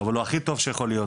אבל הוא הכי טוב שיכול להיות.